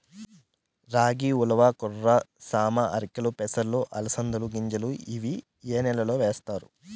రాగి, ఉలవ, కొర్ర, సామ, ఆర్కెలు, పెసలు, అలసంద గింజలు ఇవి ఏ నెలలో వేస్తారు?